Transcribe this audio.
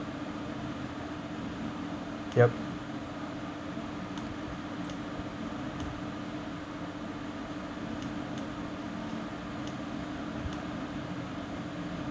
yup